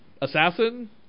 assassin